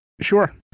Sure